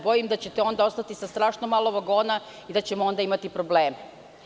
Bojim se da ćete onda ostati sa strašno malo vagona i da ćemo imati probleme.